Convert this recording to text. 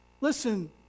Listen